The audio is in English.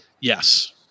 yes